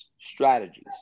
strategies